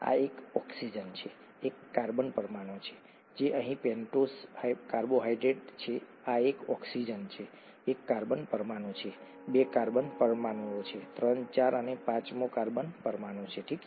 આ એક ઓક્સિજન છે એક કાર્બન પરમાણુ છે બે કાર્બન પરમાણુઓ છે ત્રણ ચાર અને પાંચમો કાર્બન પરમાણુ છે ઠીક છે